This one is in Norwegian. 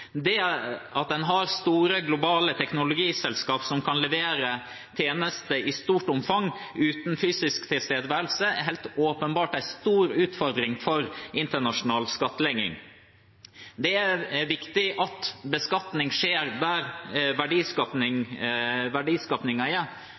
stort omfang uten fysisk tilstedeværelse, er helt åpenbart en stor utfordring for internasjonal skattlegging. Det er viktig at beskatning skjer der